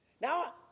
Now